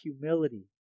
humility